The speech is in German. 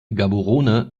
gaborone